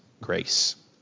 grace